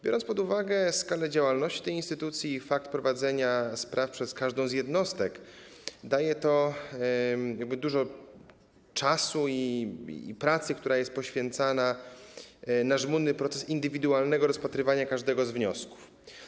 Biorąc pod uwagę skalę działalności tej instytucji i fakt prowadzenia spraw przez każdą z jednostek, daje to dużo czasu i pracy, która jest poświęcana na żmudny proces indywidualnego rozpatrywania każdego z wniosków.